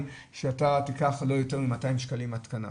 שאתה תיקח לא יותר מ-200 שקלים התקנה.